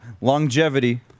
longevity